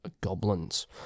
goblins